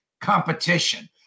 competition